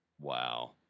Wow